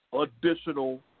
additional